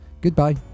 Goodbye